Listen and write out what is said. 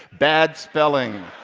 bad spelling,